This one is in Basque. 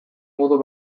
modu